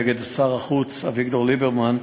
נגד שר החוץ אביגדור ליברמן,